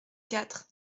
quatre